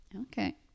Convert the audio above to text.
Okay